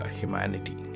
humanity